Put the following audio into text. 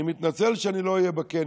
אני מתנצל שלא אהיה בכנס,